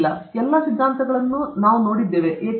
ಈಗ ನಾವು ಎಲ್ಲ ಸಿದ್ಧಾಂತಗಳನ್ನು ಮತ್ತು ಎಲ್ಲವನ್ನೂ ನೋಡಿದ್ದೇವೆ ಏಕೆ